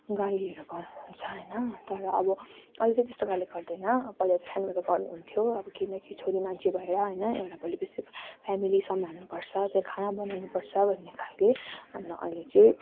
गालीहरू गर्नु हुन्छ होइन तर अब अहिले चाहिँ त्यस्तो खाले गर्दैन अब पहिला त सानोमा त गर्नु हुन्थ्यो किनकि छोरी मान्छे भएर होइन एउटा भोलि पर्सि फ्यामिली सम्हाल्नु पर्छ खाना बनाउनु पर्छ भन्ने खाले अन्त अहिले चाहिँ